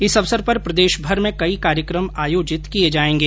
इस अवसर पर प्रदेषभर में कई कार्यक्रम आयोजित किए जाएंगे